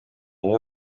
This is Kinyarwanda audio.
iyo